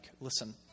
Listen